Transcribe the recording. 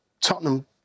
Tottenham